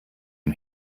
ihm